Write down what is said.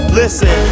listen